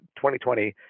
2020